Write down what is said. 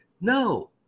No